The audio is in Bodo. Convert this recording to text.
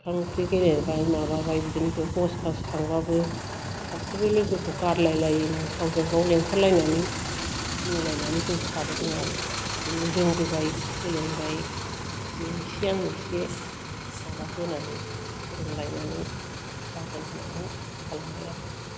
ओंखाम ओंख्रि गेलेबाय माबाबाय बिदिनो बे बस खास थांबाबो सासेबो लोगोखौ गारलाय लायैनि गावजों गाव लेंहरलायनानै मिलायनानै जों थाबोदों आरो बिदिनो रोंबोबाय सोलोंबाय नों एसे आं एसे माबा होनानै फोरोंलायनानै जागोन होन्नानै खालामबाय आरो